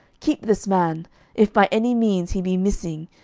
keep this man if by any means he be missing,